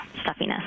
stuffiness